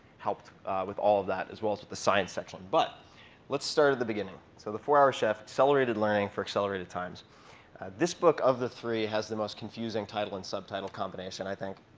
helped with all of that, as well as with the science section. but let's start at the beginning. so the four hour chef, accelerated learning for accelerated times this book of the three has the most confusing title and subtitle combination, i think.